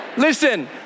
Listen